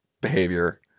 behavior